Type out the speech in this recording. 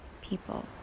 people